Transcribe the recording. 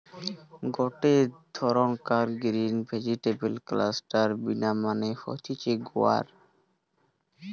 গটে ধরণকার green vegetable cluster bean মানে হতিছে গুয়ার